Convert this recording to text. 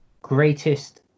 greatest